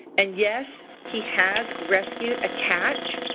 and yes, he has rescued a cat.